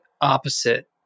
opposite